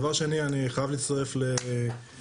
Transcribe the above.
דבר שני אני חייב להצטרף לחבריי,